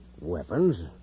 Weapons